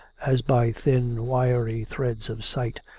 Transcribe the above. as by thin, wiry threads of sight,